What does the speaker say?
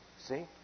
See